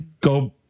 go